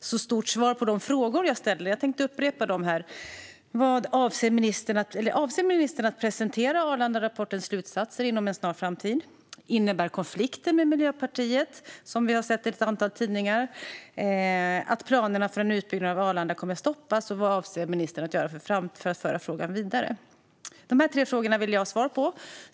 så mycket till svar på de frågor jag ställde. Jag tänkte upprepa dem här. Avser ministern att presentera Arlandarapportens slutsatser inom en snar framtid? Innebär konflikten med Miljöpartiet, som vi har sett i ett antal tidningar, att planerna för en utbyggnad av Arlanda kommer att stoppas, och vad avser ministern att göra för att föra frågan vidare? Dessa tre frågor vill jag ha svar på.